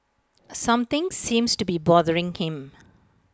something seems to be bothering him